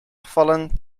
gevallen